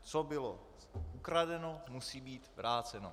Co bylo ukradeno, musí být vráceno.